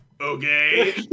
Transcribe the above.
okay